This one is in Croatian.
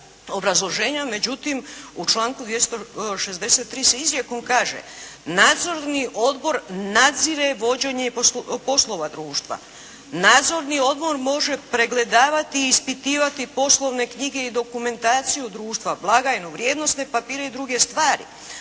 Međutim, u članku 263. se izrijekom kaže: Nadzorni odbor nadzire vođenje poslova društva. Nadzorni odbor može pregledavati i ispitivati poslovne knjige i dokumentaciju društva, blagajnu, vrijednosne papire i druge stvari.